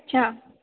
अच्छा